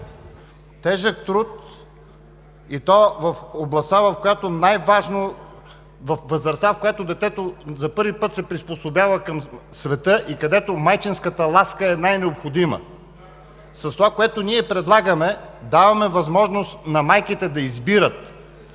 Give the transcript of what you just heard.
тежък труд, и то във възрастта, в която детето за първи път се приспособява към света и където майчинската ласка е най-необходима. С това, което ние предлагаме, даваме възможност на майките да избират